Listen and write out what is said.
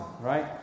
right